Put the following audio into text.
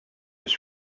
his